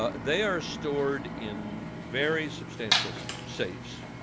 ah they are stored in very substantial safes.